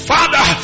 Father